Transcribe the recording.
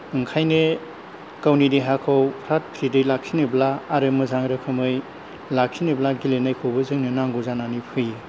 ओंखायनो गावनि देहाखौ फ्राद फ्रिदै लाखिनोब्ला आरो मोजां रोखोमै लाखिनोब्ला गेलेनायखौबो जोंनो नांगौ जानानै फैयो